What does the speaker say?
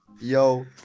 Yo